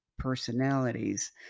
personalities